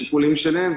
משיקולים שלהם,